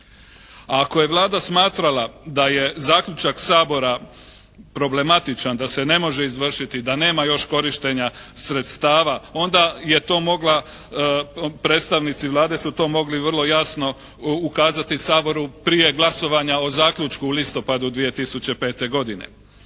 ako je Vlada smatrala da je zaključak Sabora problematičan, da se ne može izvršiti, da nema još korištenja sredstava onda je to mogla, predstavnici Vlade su to mogli vrlo jasno ukazati Saboru prije glasovanja o zaključku u listopadu 2005. godine.